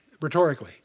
rhetorically